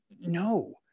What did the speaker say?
no